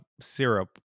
syrup